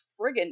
friggin